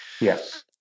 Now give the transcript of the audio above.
Yes